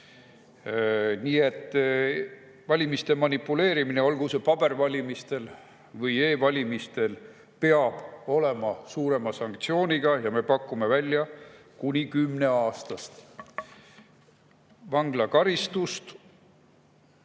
Nii et valimiste manipuleerimine, olgu see pabervalimistel või e-valimistel, peab olema suurema sanktsiooniga. Me pakume välja kuni kümneaastast vanglakaristust,